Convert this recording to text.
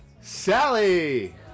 Sally